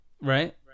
Right